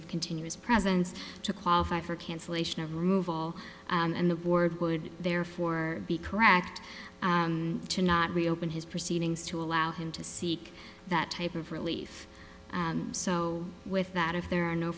of continuous presence to qualify for cancellation of removal and the board would therefore be correct to not reopen his proceedings to allow him to seek that type of relief so with that if there are no